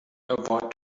avoid